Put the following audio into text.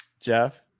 Jeff